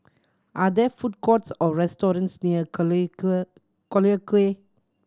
are there food courts or restaurants near Collyer Collyer Quay